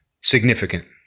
significant